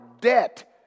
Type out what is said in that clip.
debt